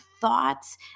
thoughts